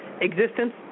existence